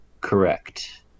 correct